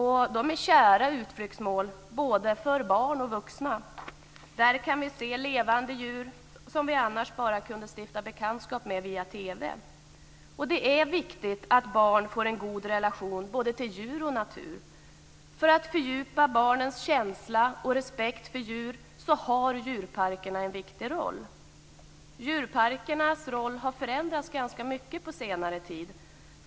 De är kära utflyktsmål för både barn och vuxna. Där kan vi se levande djur som vi annars bara kunde stifta bekantskap med via TV. Det är viktigt att barn får en god relation till både djur och natur. För att fördjupa barnens känsla och respekt för djur har djurparkerna en viktig roll. Djurparkernas roll har förändrats ganska mycket på senare tid.